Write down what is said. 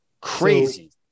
Crazy